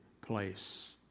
place